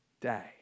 day